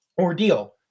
ordeal